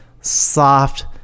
soft